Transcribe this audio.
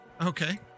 okay